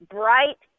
bright